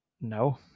no